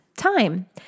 time